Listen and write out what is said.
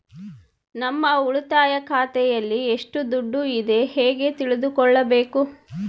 ನಮ್ಮ ಉಳಿತಾಯ ಖಾತೆಯಲ್ಲಿ ಎಷ್ಟು ದುಡ್ಡು ಇದೆ ಹೇಗೆ ತಿಳಿದುಕೊಳ್ಳಬೇಕು?